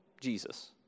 Jesus